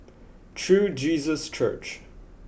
True Jesus Church